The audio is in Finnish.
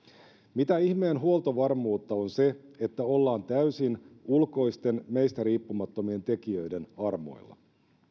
mitä ihmeen huoltovarmuutta on se että ollaan täysin ulkoisten meistä riippumattomien tekijöiden armoilla